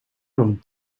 woont